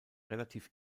relativ